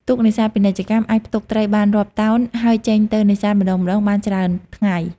ទូកនេសាទពាណិជ្ជកម្ម អាចផ្ទុកត្រីបានរាប់តោន ហើយចេញទៅនេសាទម្តងៗបានច្រើនថ្ងៃ។